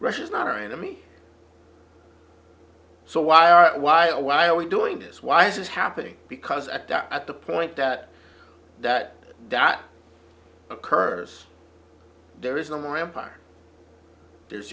russia is not our enemy so why are why a while we doing this why this is happening because at the point that that that occurs there is no more empire there's